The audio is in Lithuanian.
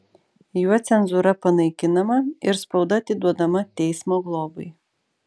juo cenzūra panaikinama ir spauda atiduodama teismo globai